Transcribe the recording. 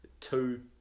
two